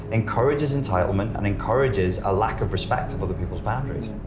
encourages entitlement and encourages a lack of respect of other people's boundaries.